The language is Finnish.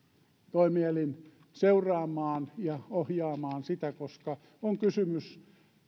toimielin seuraamaan ja ohjaamaan sitä koska on kysymys